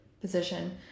position